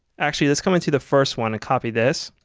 actually let's come into the first one and copy this,